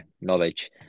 Knowledge